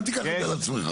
אל תיקח את זה על עצמך.